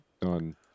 done